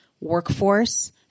workforce